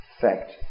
fact